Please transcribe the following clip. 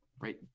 right